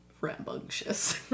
rambunctious